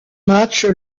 matchs